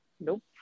Nope